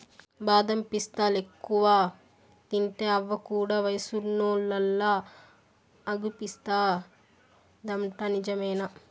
బాదం పిస్తాలెక్కువ తింటే అవ్వ కూడా వయసున్నోల్లలా అగుపిస్తాదంట నిజమేనా